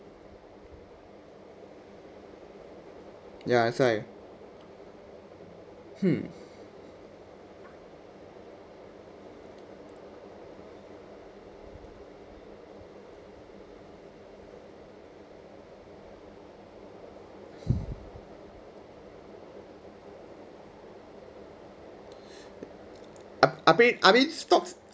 ya that's why hmm I mean I mean stocks